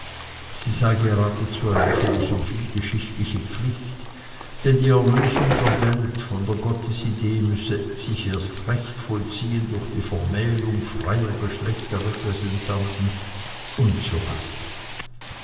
sie sei geradezu eine philosophiegeschichtliche pflicht denn die erlösung der welt von der gottesidee müsse sich erst recht vollziehen durch die vermählung freier geschlechtsrepräsentanten und